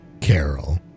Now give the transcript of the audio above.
Carol